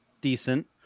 decent